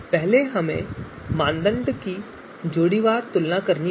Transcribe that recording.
पहले हमें मापदंड की जोड़ीवार तुलना की गणना करनी होगी